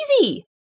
Easy